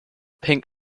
pink